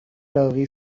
turvy